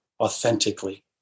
authentically